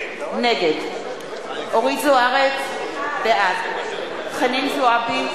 נגד אורית זוארץ, בעד חנין זועבי,